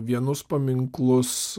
vienus paminklus